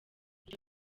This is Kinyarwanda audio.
icyo